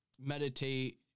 Meditate